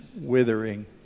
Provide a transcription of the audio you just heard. withering